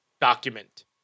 document